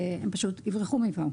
הם פשוט יברחו מכאן.